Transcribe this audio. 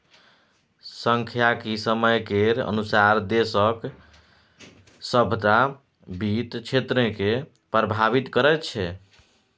सांख्यिकी समय केर अनुसार देशक सभटा वित्त क्षेत्रकेँ प्रभावित करैत छै